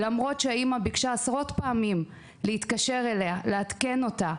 למרות שהאם ביקשה עשרות פעמים להתקשר אליה לעדכן אותה,